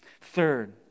Third